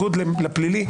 בניגוד לפלילי,